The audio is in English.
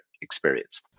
experienced